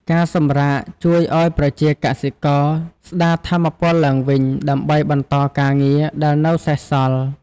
ការសម្រាកជួយឱ្យប្រជាកសិករស្ដារថាមពលឡើងវិញ ដើម្បីបន្តការងារដែលនៅសេសសល់។